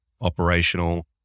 operational